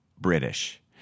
British